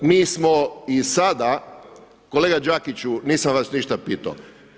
Mi smo i sada, …… [[Upadica se ne čuje.]] Kolega Đakiću, nisam vas ništa pitao.